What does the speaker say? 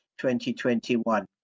2021